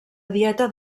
dieta